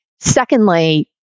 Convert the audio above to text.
Secondly